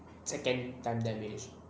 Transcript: second time damage